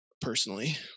Personally